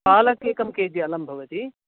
पालक् एकं K G अलं भवति